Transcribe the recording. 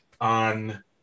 on